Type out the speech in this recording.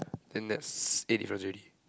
then that's eight difference already